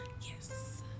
Yes